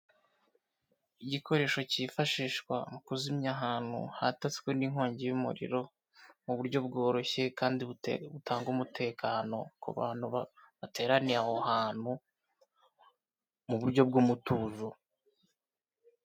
Igikoresho cyifashishwa mu kuzimya ahantu hataswe n'inkongi y'umuriro, mu buryo bworoshye kandi butanga umutekano ku bantu bateraniye aho hantu, mu buryo bw'umutuzo.